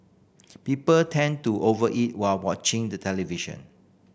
people tend to over eat while watching the television